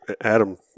adam